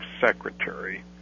secretary